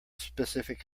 specific